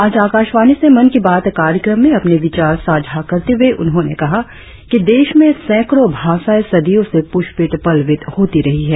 आज आकाशवाणी से मन की बात कार्यक्रम में अपने विचार साझा करते हुए उन्होंने कहा कि देश में सैकड़ों भाषाये सदियों से पुष्पित पल्वित होती रही है